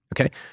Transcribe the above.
Okay